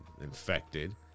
infected